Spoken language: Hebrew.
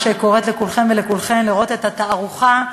אני ממש קוראת לכולכם ולכולכן לראות את התערוכה,